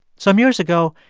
some years ago,